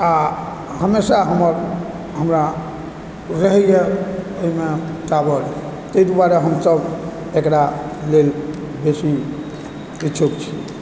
आ हमेशा हमर हमरा रहैए एहिमे टॉवर ताहि दुआरे हमसभ एकरा लेल बेशी इच्छुक छी